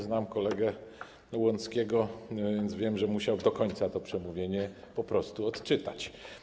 Znam kolegę Łąckiego, więc wiem, że musiał do końca to przemówienie po prostu odczytać.